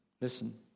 Listen